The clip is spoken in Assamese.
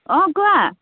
অঁ কোৱা